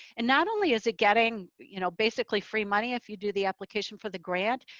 and not only is it getting you know basically free money, if you do the application for the grant,